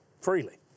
freely